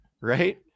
right